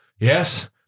Yes